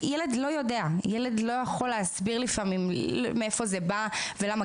ילד לא יכול להסביר לפעמים מאיפה זה בא ולמה.